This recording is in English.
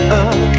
up